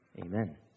Amen